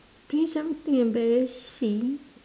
doing something embarrassing